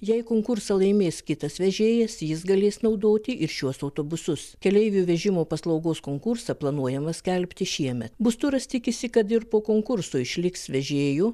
jei konkursą laimės kitas vežėjas jis galės naudoti ir šiuos autobusus keleivių vežimo paslaugos konkursą planuojama skelbti šiemet bus turas tikisi kad ir po konkurso išliks vežėjų